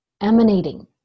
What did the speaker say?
emanating